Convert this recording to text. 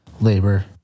labor